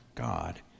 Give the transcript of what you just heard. God